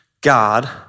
God